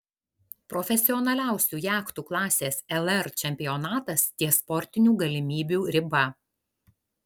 profesionaliausių jachtų klasės lr čempionatas ties sportinių galimybių riba